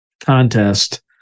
contest